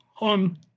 on